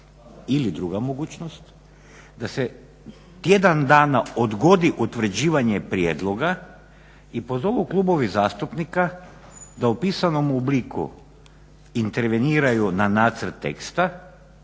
Ili druga mogućnost da se tjedan dana odgodi utvrđivanje prijedloga i pozovu klubovi zastupnika da u pisanom obliku interveniraju na nacrt teksta